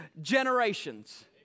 generations